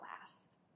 last